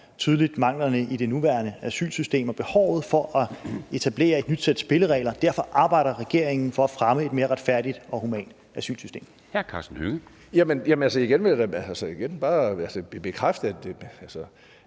tydeligt manglerne i det nuværende asylsystem og behovet for at etablere et nyt sæt spilleregler. Derfor arbejder regeringen for at fremme et mere retfærdigt og humant asylsystem. Kl. 13:11 Formanden (Henrik Dam Kristensen):